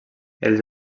els